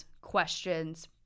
questions